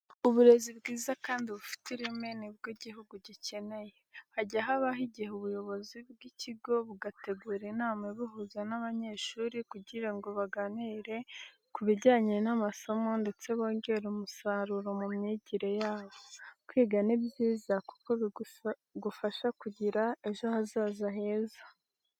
Uburezi bwiza kandi bufite ireme ni bwo igihugu gikeneye. Hajya habaho igihe ubuyobozi bw'ikigo bugategura inama ibuhuza n'abanyeshuri kugira ngo baganire ku bijyanye n'amasomo ndetse bongere umusaruro wo mu myigire yabo. Kwiga ni byiza kuko bigufasha kugira ejo hazaza heza.